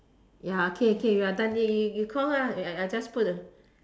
ya K K we are done eh you you call her I I just put the